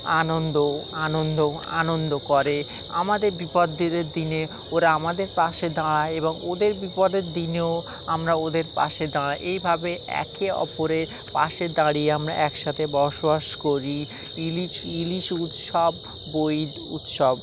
আনন্দ আনন্দ আনন্দ করে আমাদের বিপদের দিনে ওরা আমাদের পাশে দাঁড়ায় এবং ওদের বিপদের দিনেও আমরা ওদের পাশে দাঁড়াই এইভাবে একে অপরের পাশে দাঁড়িয়ে আমরা একসাথে বসবাস করি ইলিশ ইলিশ উৎসব বা ঈদ উৎসব